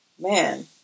Man